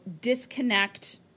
disconnect